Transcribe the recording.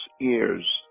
ears